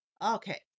Okay